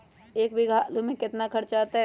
एक बीघा आलू में केतना खर्चा अतै?